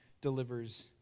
delivers